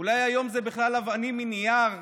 אולי היום זה בכלל אבנים מנייר?